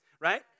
right